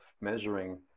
measuring